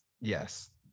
Yes